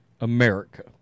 America